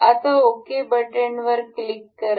आता okay button click करा